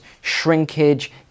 shrinkage